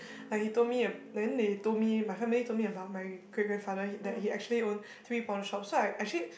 like he told me eh then they told me my family told me about my great grandfather he that he actually own three pawnshop so I actually